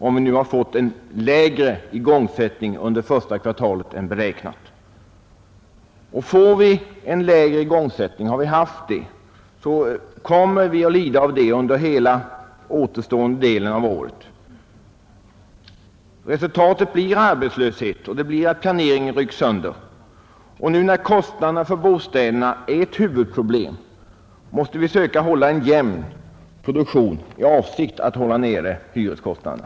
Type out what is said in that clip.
Om vi har haft en lägre igångsättning under första kvartalet än beräknat kommer vi att lida av det under hela återstående delen av året. Resultatet blir arbetslöshet, och planeringen rycks sönder. Nu när kostnaderna för bostäderna är ett huvudproblem måste vi söka hålla en jämn produktion i avsikt att hålla nere hyreskostnaderna.